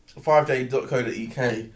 fiveday.co.uk